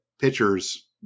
pitchers